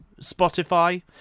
Spotify